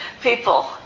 people